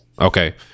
Okay